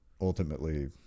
ultimately